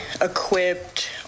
equipped